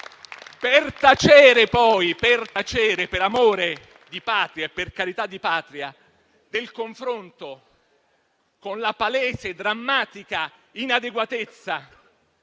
Per tacere, poi, per amore e per carità di patria del confronto con la palese, drammatica inadeguatezza